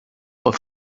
pot